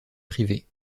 privé